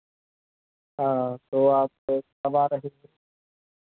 हाँ तो आपको